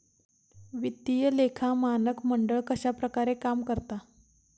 वित्तीय लेखा मानक मंडळ कश्या प्रकारे काम करता?